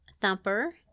Thumper